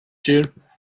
june